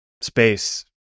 space